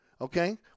Okay